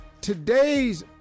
Today's